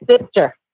sister